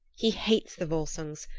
he hates the volsungs,